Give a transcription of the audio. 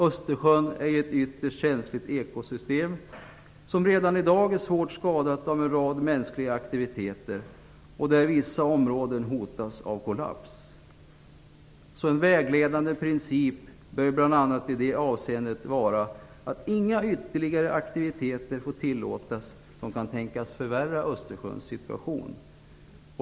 Östersjön är ett ytterst känsligt ekosystem som redan i dag är svårt skadat av en rad mänskliga aktiviteter. Vissa områden hotas av kollaps. En vägledande princip i det avseendet bör bl.a. vara att inga ytterligare aktiviteter får tillåtas som kan tänkas förvärra Östersjöns situation.